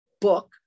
Book